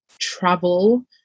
travel